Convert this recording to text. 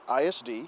ISD